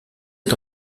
est